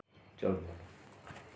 चलो